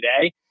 today